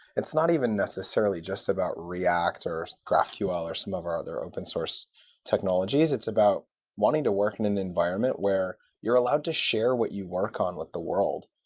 it's not even necessarily just about react or graphql or some of our other open-source technologies. it's about wanting to work in an environment where you're allowed to share what you work on with the world.